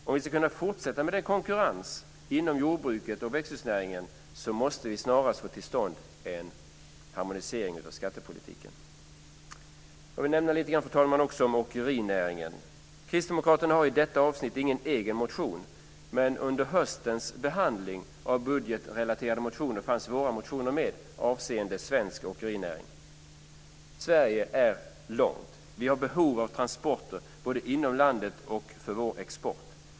Om vi ska kunna fortsätta med konkurrensen inom jordbruket och växthusnäringen måste vi snarast få till stånd en harmonisering av skattepolitiken. Fru talman! Jag vill också nämna lite grann om åkerinäringen. Kristdemokraterna har i detta avsnitt ingen egen motion. Men under höstens behandling av budgetrelaterade motioner fanns våra motioner om svensk åkerinäring med. Sverige är långt. Vi har behov av transporter både inom landet och för vår export.